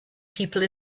people